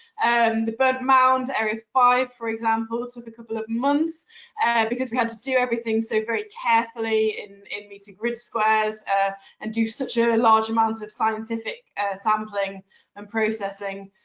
and the burnt mound, area five, for example, took a couple of months and because we had to do everything so very carefully in meter grid squares ah and do such a large amount of scientific sampling and processing.